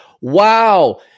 Wow